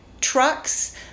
Trucks